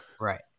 Right